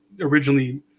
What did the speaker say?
originally